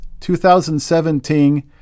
2017